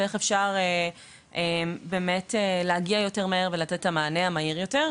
ואיך אפשר באמת להגיע יותר מהר ולתת את המענה המהיר יותר,